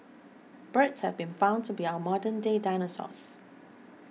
birds have been found to be our modernday dinosaurs